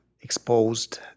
exposed